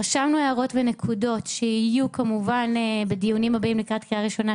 רשמנו הערות ונקודות שיהיו בדיונים הבאים לקראת קריאה ראשונה,